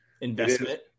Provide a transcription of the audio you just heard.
investment